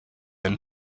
and